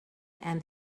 and